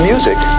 music